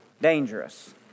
Dangerous